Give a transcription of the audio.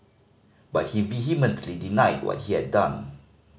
but he vehemently denied what he had done